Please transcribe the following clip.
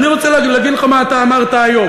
אני רוצה להגיד לך מה אמרת היום,